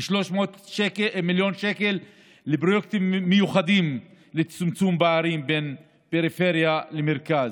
ו-300 מיליון שקל לפרויקטים מיוחדים לצמצום פערים בין פריפריה למרכז.